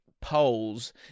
polls